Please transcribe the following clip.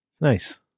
Nice